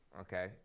Okay